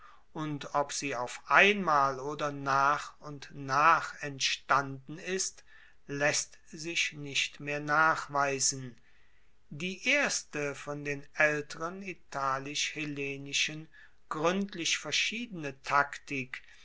und ob sie auf einmal oder nach und nach entstanden ist laesst sich nicht mehr nachweisen die erste von der aelteren italisch hellenischen gruendlich verschiedene taktik